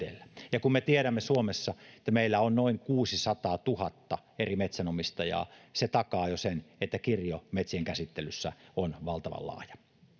ja kun me tiedämme että meillä suomessa on noin kuusisataatuhatta eri metsänomistajaa se takaa jo sen että kirjo metsienkäsittelyssä on valtavan laaja